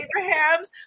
Abraham's